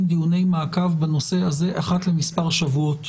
דיונים מעקב בנושא הזה אחת למספר שבועות,